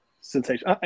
sensation